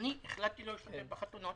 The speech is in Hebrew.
אני החלטתי לא להשתתף בחתונות.